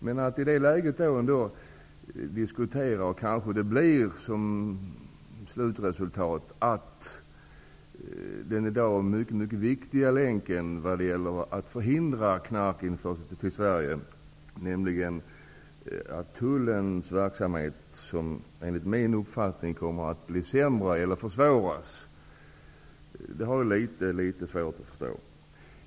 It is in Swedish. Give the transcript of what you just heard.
Men att i det läget föra diskussioner -- slutresultatet påverkar kanske den i dag mycket viktiga länken när det gäller att förhindra att knark förs in i Sverige -- om tullens verksamhet som, enligt min uppfattning, kommer att få sämre möjligheter, dvs. arbetet försvåras, har jag litet svårt att förstå.